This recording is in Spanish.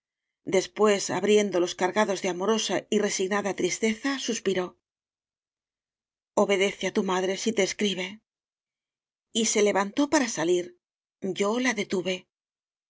cerrados después abriéndolos cargados de amorosa y resignada tristeza suspiró obedece á tu madre si te escribe y se levantó para salir yo la detuve